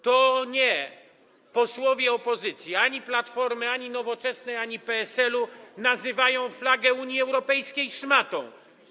To nie posłowie opozycji ani Platformy, ani Nowoczesnej, ani PSL-u nazywają flagę Unii Europejskiej szmatą.